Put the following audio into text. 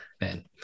man